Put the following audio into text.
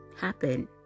happen